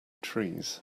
trees